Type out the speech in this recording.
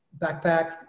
backpack